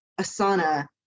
Asana